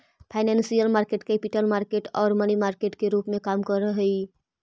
financial market capital market आउ money market के रूप में कार्य करऽ हइ